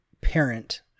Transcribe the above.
parent